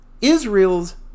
Israel's